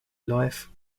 life